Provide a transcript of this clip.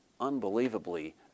unbelievably